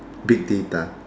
big data